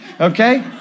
Okay